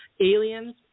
Aliens